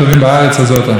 תודה רבה, אדוני.